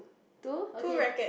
two okay